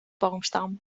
boomstam